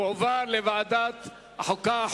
לדיון מוקדם בוועדת החוקה,